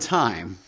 time